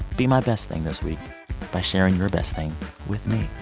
be my best thing this week by sharing your best thing with me,